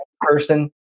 person